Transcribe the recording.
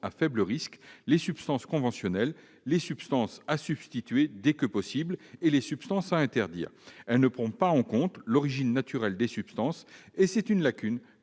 à faible risque, les substances conventionnelles, les substances à substituer dès que possible et les substances à interdire. Elle ne prend pas en compte l'origine naturelle des substances ; cette lacune